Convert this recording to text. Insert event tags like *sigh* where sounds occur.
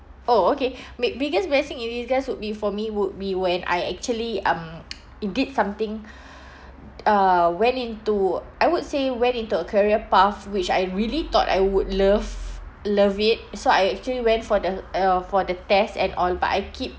oh okay my biggest blessing in disguise would be for me would be when I actually um *noise* did something *breath* uh went into I would say went into a career path which I really thought I would love love it so I actually went for the uh for the tests and all but I keep